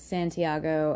Santiago